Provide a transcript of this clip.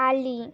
আলি